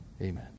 amen